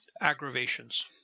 aggravations